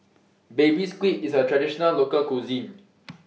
Baby Squid IS A Traditional Local Cuisine